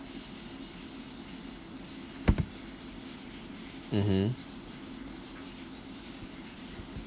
mmhmm